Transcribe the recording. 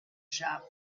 shop